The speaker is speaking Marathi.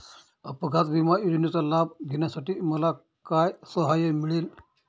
अपघात विमा योजनेचा लाभ घेण्यासाठी मला काय सहाय्य मिळेल?